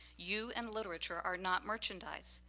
you and literature are not merchandise.